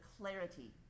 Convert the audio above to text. clarity